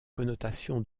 connotation